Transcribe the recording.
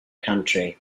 country